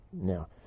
Now